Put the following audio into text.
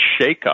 shakeup